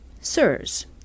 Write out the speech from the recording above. sirs